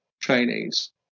trainees